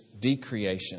decreation